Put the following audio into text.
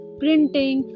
printing